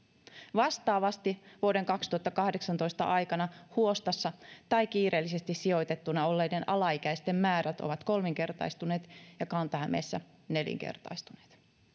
vastaavasti vuoden kaksituhattakahdeksantoista aikana huostassa tai kiireellisesti sijoitettuna olleiden alaikäisten määrät ovat kolminkertaistuneet ja kanta hämeessä nelinkertaistuneet